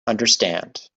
understand